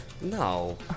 No